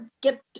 get